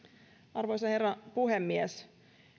arvoisa herra puhemies